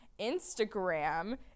Instagram